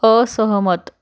असहमत